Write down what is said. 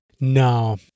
No